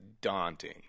daunting